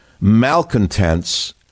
malcontents